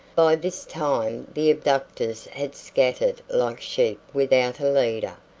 by this time the abductors had scattered like sheep without a leader,